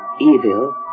evil